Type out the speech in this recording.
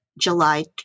July